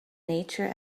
nature